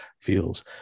feels